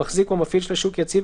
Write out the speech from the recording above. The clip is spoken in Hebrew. (ב)מחזיק או מפעיל של מוזיאון כאמור